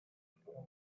pittura